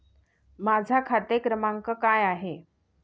माझा खाते क्रमांक काय आहे?